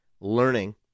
learning